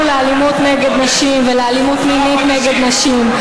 לאלימות נגד נשים ולאלימות מילולית נגד נשים,